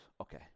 Okay